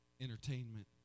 entertainment